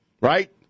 right